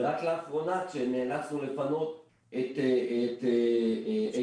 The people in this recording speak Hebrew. ורק לאחרונה, כשנאלצנו לפנות את איתנים,